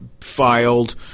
filed